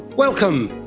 welcome.